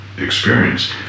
experience